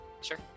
Sure